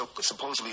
supposedly